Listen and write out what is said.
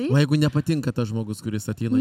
o jeigu nepatinka tas žmogus kuris ateina